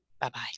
bye-bye